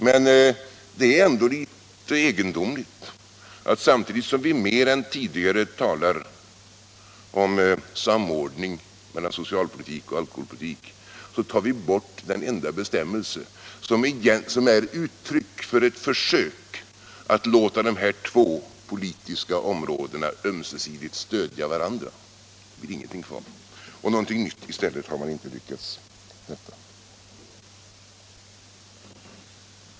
Men det är ändå litet egendomligt att samtidigt som vi mer än tidigare talar om samordning mellan socialpolitik och alkoholpolitik tar vi bort den enda bestämmelse som är uttryck för ett försök att låta de här två politiska områdena ömsesidigt stödja varandra. Det blir ingenting kvar. Och något nytt har man inte lyckats sätta i stället.